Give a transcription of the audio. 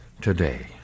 today